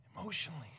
Emotionally